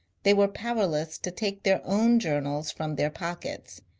they were powerless to take their own journals from their pockets,